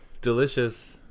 Delicious